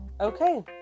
Okay